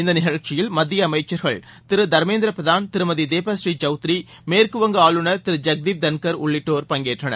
இந்த நிகழ்ச்சியில் மத்திய அமைச்சர்கள் திரு தர்மேந்திர பிரதான் திருமதி தேபபுரீ சௌத்ரி மேற்கு வங்க ஆளுநர் திரு ஜெகதீப் தன்கர் உள்ளிட்டோர் பங்கேற்றனர்